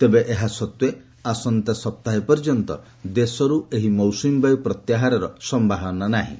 ତେବେ ଏହା ସତ୍ତ୍ୱେ ଆସନ୍ତା ସପ୍ତାହ ପର୍ଯ୍ୟନ୍ତ ଦେଶରୁ ଏହି ମୌସୁମୀବାୟୁ ପ୍ରତ୍ୟାହାରର ସମ୍ଭାବନା ନାହିଁ